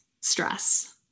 stress